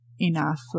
enough